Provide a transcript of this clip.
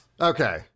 Okay